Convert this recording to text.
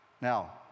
Now